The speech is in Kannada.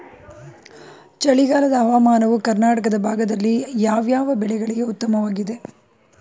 ಚಳಿಗಾಲದ ಹವಾಮಾನವು ಕರ್ನಾಟಕದ ಭಾಗದಲ್ಲಿ ಯಾವ್ಯಾವ ಬೆಳೆಗಳಿಗೆ ಉತ್ತಮವಾಗಿದೆ?